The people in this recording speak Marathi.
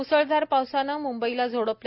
मुसळधार पावसाने मुंबईला झोडपले